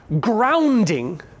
grounding